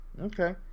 Okay